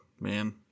man